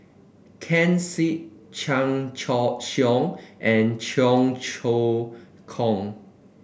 Ken Seet Chan Choy Siong and Cheong Choong Kong